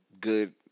good